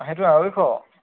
অ সেইটো আঢ়ৈশ